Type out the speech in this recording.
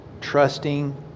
trusting